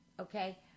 Okay